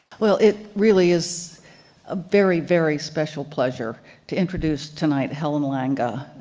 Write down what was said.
well, it really is a very very special pleasure to introduce tonight helen langa.